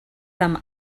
some